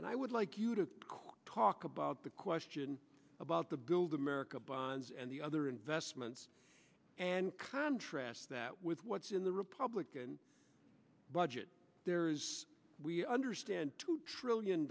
and i would like you to quote talk about the question about the build america bonds and the other investments and contrast that with what's in the republican budget there is we understand two trillion